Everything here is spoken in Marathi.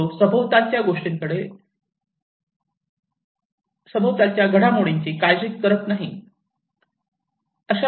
तो सभोवतालच्या घडामोडींची काळजी करत नाही